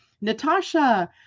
Natasha